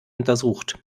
untersucht